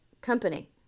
company